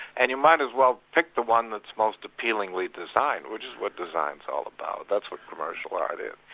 and you might as well pick the one that's most appealingly designed, which is what design's all about, that's what commercial art is.